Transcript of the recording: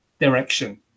direction